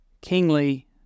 kingly